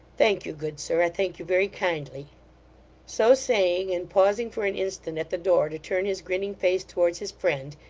thank you, good sir. i thank you very kindly so saying, and pausing for an instant at the door to turn his grinning face towards his friend,